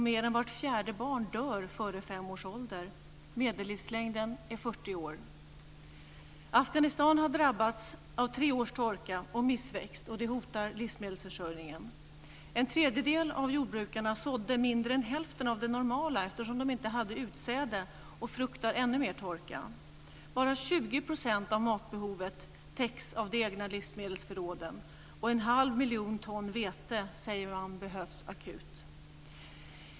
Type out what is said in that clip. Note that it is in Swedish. Mer än vart fjärde barn dör före fem års ålder. Medellivslängden är 40 år. Afghanistan har drabbats av tre års torka och missväxt, vilket hotar livsmedelsförsörjningen. En tredjedel av jordbrukarna sådde mindre än hälften av det normala eftersom de inte hade utsäde och fruktade ännu mer torka. Bara 20 % av matbehovet täcks av de egna livsmedelsförråden. Man säger att en halv miljon ton vete behövs akut.